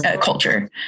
culture